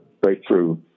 breakthrough